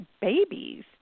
babies